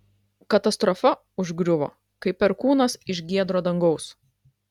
katastrofa užgriuvo kaip perkūnas iš giedro dangaus